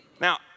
Now